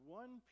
one